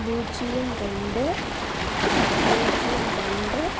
பூஜ்ஜியம் ரெண்டு பூஜ்ஜியம் ரெண்டு